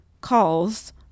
calls